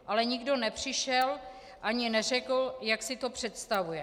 Ale nikdo nepřišel ani neřekl, jak si to představuje.